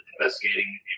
investigating